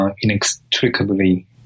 Inextricably